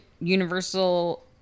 Universal